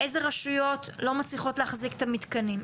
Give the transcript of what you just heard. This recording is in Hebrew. איזה רשויות לא מצליחות להחזיק את המתקנים,